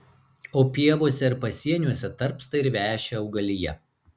o pievose ir pasieniuose tarpsta ir veši augalija